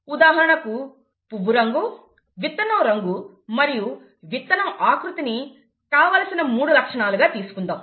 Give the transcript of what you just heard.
ఉదాహరణకు పువ్వు రంగు విత్తనం రంగు మరియు విత్తనం ఆకృతిని కావలసినమూడు లక్షణాలు గా తీసుకుందాం